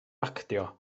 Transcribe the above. actio